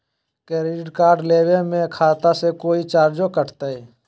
Credit card लेवे में खाता से कोई चार्जो कटतई?